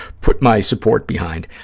put my support behind.